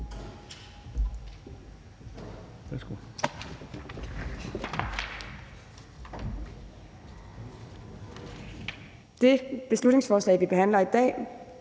her beslutningsforslag, som vi behandler i dag,